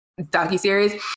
docuseries